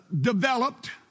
developed